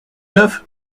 neuf